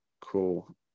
Cool